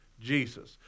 Jesus